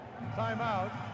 Timeout